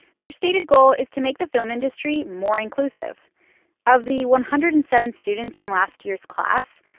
their stated goal is to make the film industry more inclusive of the one hundred and seven students in last year's class,